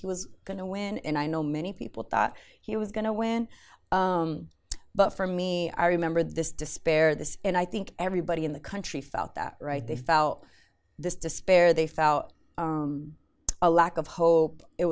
he was going to win and i know many people thought he was going to win but for me i remember this despair this and i think everybody in the country felt that right they felt this despair they fought a lack of hope it